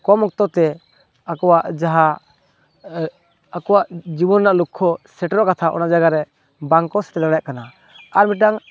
ᱠᱚᱢ ᱚᱠᱛᱚᱛᱮ ᱟᱠᱚᱣᱟᱜ ᱡᱟᱦᱟᱸ ᱟᱠᱚᱣᱟᱜ ᱡᱤᱵᱚᱱ ᱨᱮᱱᱟᱜ ᱞᱚᱠᱠᱷᱚ ᱥᱮᱴᱮᱨᱚᱜ ᱠᱟᱛᱷᱟ ᱚᱱᱟ ᱡᱟᱭᱜᱟ ᱨᱮ ᱵᱟᱝ ᱠᱚ ᱥᱮᱴᱮᱨ ᱫᱟᱲᱮᱭᱟᱜ ᱠᱟᱱᱟ ᱟᱨ ᱢᱤᱜᱴᱟᱝ